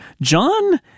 John